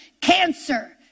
Cancer